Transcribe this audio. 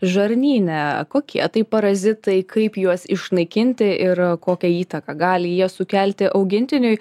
žarnyne kokie tai parazitai kaip juos išnaikinti ir kokią įtaką gali jie sukelti augintiniui